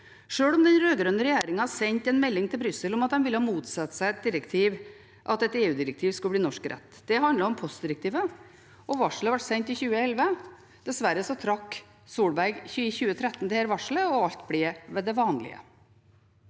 sjøl om den rød-grønne regjeringen sendte en melding til Brussel om at den ville motsette seg at et EU-direktiv skulle bli norsk rett. Det handler om postdirektivet, og varselet ble sendt i 2011. Dessverre trakk Solberg-regjeringen i 2013 dette varslet, og alt ble ved det vanlige.